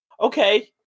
Okay